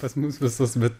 pas mus visus bet